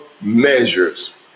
measures